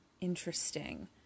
Interesting